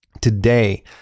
today